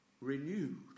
renewed